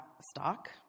stock